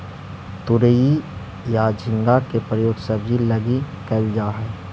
तुरई या झींगा के प्रयोग सब्जी लगी कैल जा हइ